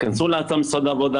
תכנסו לאתר של משרד העבודה,